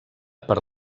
per